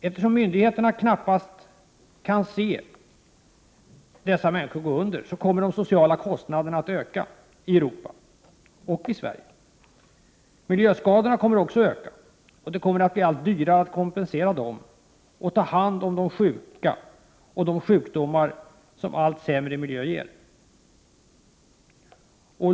Eftersom myndigheterna knappast kan se dessa människor gå under, kommer de sociala kostnaderna att öka i Europa och i Sverige. Miljöskadorna kommer också att öka, och det kommer att bli allt dyrare att kompensera dem och att ta hand om de sjuka och de sjukdomar som en allt sämre miljö ger.